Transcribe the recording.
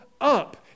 up